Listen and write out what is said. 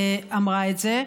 אמרה את זה,